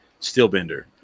Steelbender